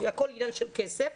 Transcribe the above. הכול עניין של כסף.